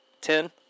Ten